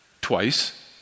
twice